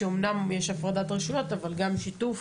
שאומנם יש הפרדת רשויות אבל גם שיתוף.